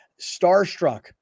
Starstruck